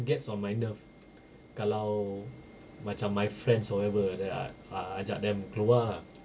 it gets on my nerve kalau macam my friends whatever like that ah uh ajak them keluar